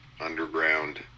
underground